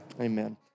amen